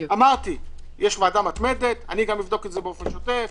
יש ועדה מתמדת, אני גם אבדוק את זה באופן שוטף.